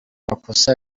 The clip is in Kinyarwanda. makosa